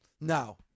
No